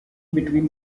between